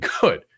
good